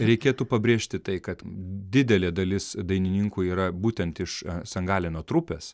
reikėtų pabrėžti tai kad didelė dalis dainininkų yra būtent iš san galeno trupės